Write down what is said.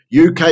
UK